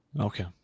Okay